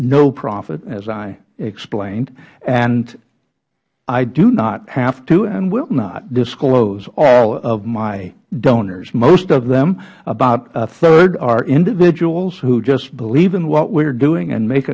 no profit as i explained and i do not have to and will not disclose all of my donors most of them about a third are individuals who just believe in what we are doing and make